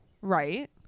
right